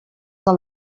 del